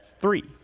three